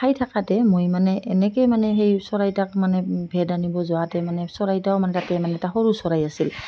খাই থাকাঁতে মই মানে এনেকৈয়ে মানে সেই চৰাইটোক মানে ভেট আনিব যাওঁতে মানে চৰাইটোও মানে তাতে মানে এটা সৰু চৰাই আছিল